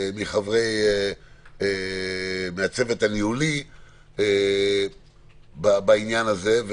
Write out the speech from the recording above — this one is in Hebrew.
מהצוות הניהולי בעניין הזה.